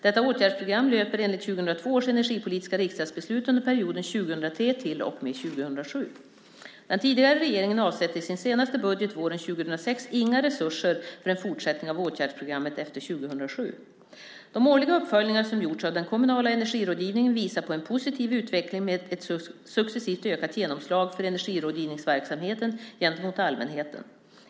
Detta åtgärdsprogram löper enligt 2002 års energipolitiska riksdagsbeslut under perioden 2003 till och med 2007. Den tidigare regeringen avsatte i sin senaste budget våren 2006 inga resurser för en fortsättning av åtgärdsprogrammet efter 2007. De årliga uppföljningar som gjorts av den kommunala energirådgivningen visar på en positiv utveckling med ett successivt ökat genomslag för energirådgivningsverksamheten gentemot allmänheten.